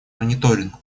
мониторинг